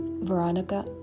Veronica